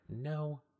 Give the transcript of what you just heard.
No